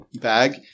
bag